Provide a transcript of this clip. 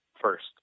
first